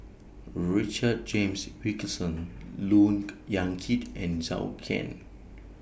Richard James Wilkinson Look Yan Kit and Zhou Can